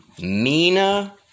Mina